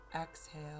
Exhale